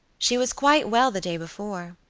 she was quite well the day before.